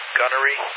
gunnery